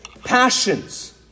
passions